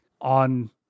on